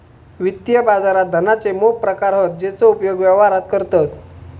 वित्तीय बाजारात धनाचे मोप प्रकार हत जेचो उपयोग व्यवहारात करतत